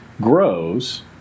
grows